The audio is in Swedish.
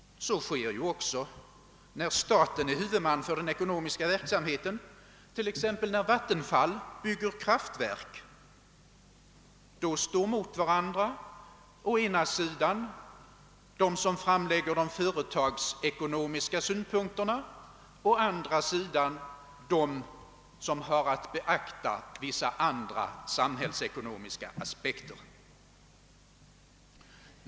Så sker också när staten är huvudman för den ekonomiska verksamheten. När t.ex. Vattenfall bygger kraftverk, står mot varandra å ena sidan de som framlägger de företagsekonomiska synpunkterna och å andra sidan de som har att beakta vissa andra samhällsekonomiska aspekter.